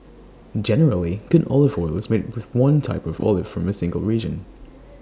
generally good olive oil is made with one type of olive from A single region